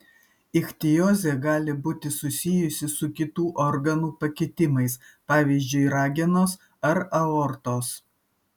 ichtiozė gali būti susijusi su kitų organų pakitimais pavyzdžiui ragenos ar aortos